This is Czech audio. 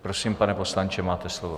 Prosím, pane poslanče, máte slovo.